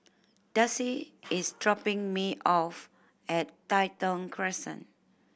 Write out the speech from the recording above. Darcy is dropping me off at Tai Thong Crescent